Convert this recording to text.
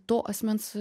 to asmens